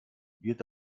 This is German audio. wird